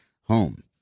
home